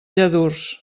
lladurs